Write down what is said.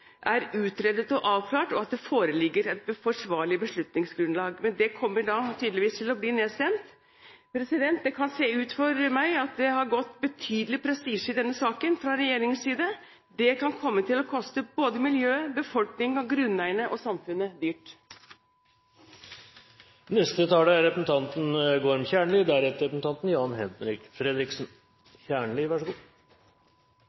er utredet og avklart, og at det foreligger et forsvarlig beslutningsgrunnlag. Men det kommer da tydeligvis til å bli nedstemt. For meg kan det se ut som om det har gått betydelig prestisje i denne saken fra regjeringens side. Det kan komme til å koste både miljøet, befolkningen, grunneierne og samfunnet